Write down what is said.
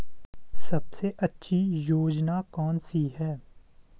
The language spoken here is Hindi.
सबसे अच्छी योजना कोनसी है?